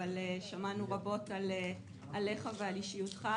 אבל שמענו רבות עליך ועל אישיותך,